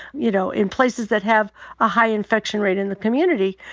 you know, in places that have a high infection rate in the community,